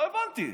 לא הבנתי.